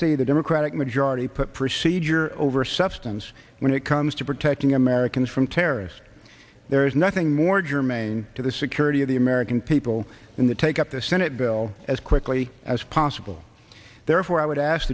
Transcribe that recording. see the democratic majority put procedure over substance when it comes to protecting americans from terrorists there is nothing more germane to the security of the american people in the take up the senate bill as quickly as possible therefore i would ask